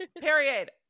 period